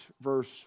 verse